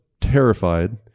terrified